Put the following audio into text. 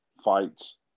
fights